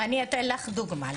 אני אתן לך דוגמה.